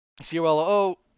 C-O-L-O